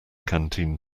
canteen